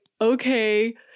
Okay